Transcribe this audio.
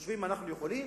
הם חושבים: אנחנו יכולים,